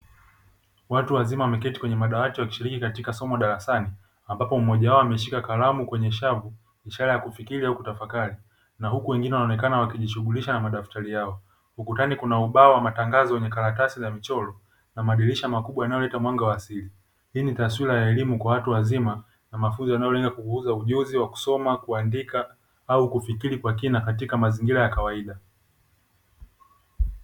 Watu wazima wameketi kwenye madawati wakishiriki katika somo darasani, ambapo mmoja wao ameshika kalamu kwenye shavu, ishara ya kufikiri au kutafakari na huku wengine wanaonekana wakijishughulisha na madaftari yao. Ukutani kuna ubao wa matangazo wenye karatasi za mchoro na madirisha makubwa yanayo leta mwanga wa asili. Hii ni taswira ya elimu kwa watu wazima na mafunzo yanayolenga kuongeza ujuzi wa kusoma, kuandika au kufikiri kwa kina katika mazingira ya kawaida.